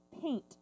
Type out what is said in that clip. paint